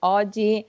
oggi